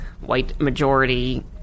white-majority